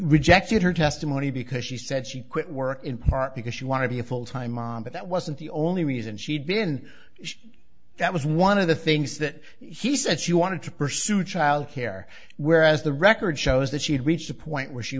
rejected her testimony because she said she quit work in part because you want to be a full time mom but that wasn't the only reason she'd been that was one of the things that he said she wanted to pursue childcare whereas the record shows that she had reached a point where she